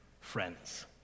friends